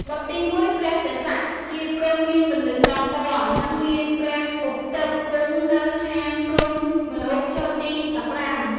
បុត្រទី១ ព្រះទក្សៈ ជាព្រហ្មមានពន្លឺ១០ពណ៌ និងមានព្រះឱស្ឋទិព្វ គង់នៅឋានព្រហ្មលោកជាន់ទី១៥ ។